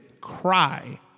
cry